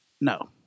no